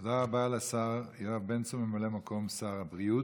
תודה רבה לשר יואב בן צור, ממלא מקום שר הבריאות.